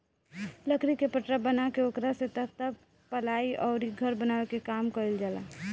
लकड़ी के पटरा बना के ओकरा से तख्ता, पालाइ अउरी घर बनावे के काम कईल जाला